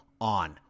on